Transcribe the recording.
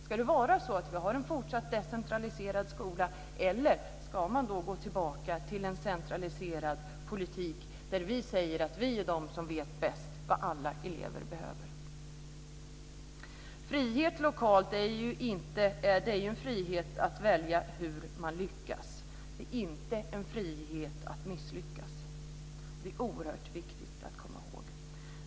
Ska det vara så att vi har en fortsatt decentraliserad skola, eller ska man gå tillbaka till en centraliserad politik där vi säger att vi är de som vet bäst vad alla elever behöver? Frihet lokalt är en frihet att välja hur man lyckas. Det är inte en frihet att misslyckas. Det är oerhört viktigt att komma ihåg.